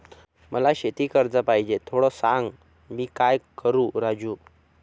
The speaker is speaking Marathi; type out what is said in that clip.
मला शेती कर्ज पाहिजे, थोडं सांग, मी काय करू राजू?